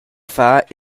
far